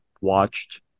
watched